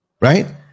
right